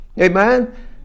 Amen